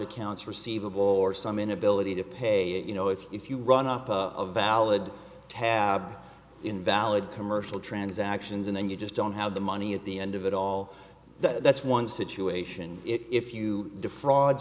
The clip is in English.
accounts receivable or some inability to pay it you know it's if you run up a valid tab invalid commercial transactions and then you just don't have the money at the end of it all that's one situation if you defraud